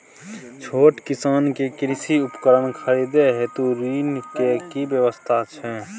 छोट किसान के कृषि उपकरण खरीदय हेतु ऋण के की व्यवस्था छै?